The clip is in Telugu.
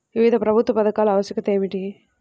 వివిధ ప్రభుత్వ పథకాల ఆవశ్యకత ఏమిటీ?